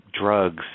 drugs